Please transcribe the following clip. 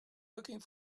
looking